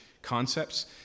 Concepts